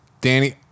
Danny